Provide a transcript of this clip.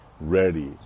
ready